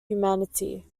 humanity